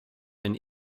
einen